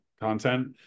content